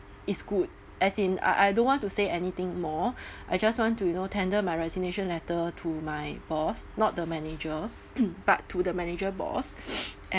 is good as in I I don't want to say anything more I just want to you know tender my resignation letter to my boss not the manager but to the manager boss and